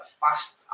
fast